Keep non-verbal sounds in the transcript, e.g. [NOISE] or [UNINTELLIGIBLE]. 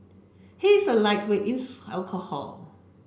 he is a lightweight in [UNINTELLIGIBLE] alcohol